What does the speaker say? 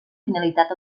finalitat